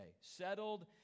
Settled